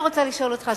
אני רוצה לשאול אותך,